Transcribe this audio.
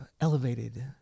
elevated